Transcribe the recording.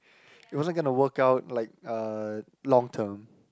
it wasn't going to work out like uh long term